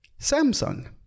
Samsung